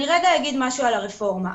אני רגע אגיד משהו על הרפורמה.